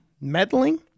meddling